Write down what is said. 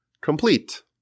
complete